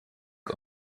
und